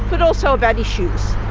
but also about issues.